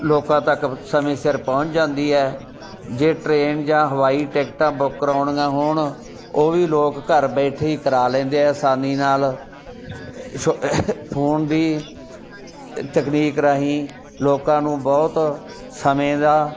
ਲੋਕਾਂ ਤੱਕ ਸਮੇਂ ਸਿਰ ਪਹੁੰਚ ਜਾਂਦੀ ਹੈ ਜੇ ਟਰੇਨ ਜਾਂ ਹਵਾਈ ਟਿਕਟਾਂ ਬੁੱਕ ਕਰਾਉਣੀਆਂ ਹੋਣ ਉਹ ਵੀ ਲੋਕ ਘਰ ਬੈਠੇ ਹੀ ਕਰਾ ਲੈਂਦੇ ਹੈ ਆਸਾਨੀ ਨਾਲ ਸ਼ੋ ਫੋਨ ਦੀ ਤਕਨੀਕ ਰਾਹੀਂ ਲੋਕਾਂ ਨੂੰ ਬਹੁਤ ਸਮੇਂ ਦਾ